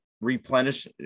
replenish